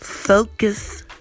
Focus